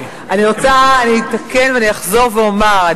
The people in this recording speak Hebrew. אחזור ואומר,